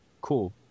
Cool